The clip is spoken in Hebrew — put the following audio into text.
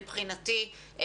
מבחינתי,